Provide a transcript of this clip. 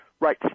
Right